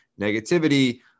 negativity